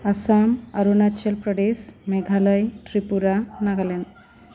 Assam Arunachal Pradesh Meghalaya Tripura Nagaland